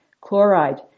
chloride